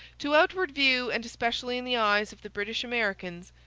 to outward view, and especially in the eyes of the british americans,